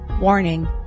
Warning